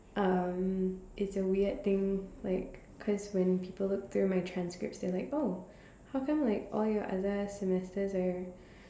um it's a weird thing like cause when people look through my transcripts they like oh how come like all your other semesters are